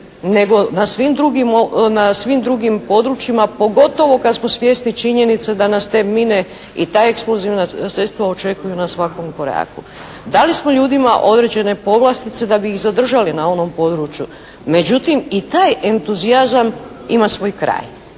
nego na svim drugim područjima, pogotovo kad smo svjesni činjenica da nas te mine i ta eksplozivna sredstva očekuju na svakom koraku. Dali smo ljudima određene povlastice da bi ih zadržali na onom području. Međutim, i taj entuzijazam ima svoj kraj.